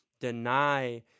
deny